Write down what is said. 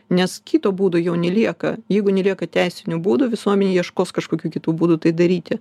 nes kito būdo jauni lieka jeigu nelieka teisinių būdų visuomenė ieškos kažkokių kitų būdų tai daryti